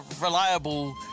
reliable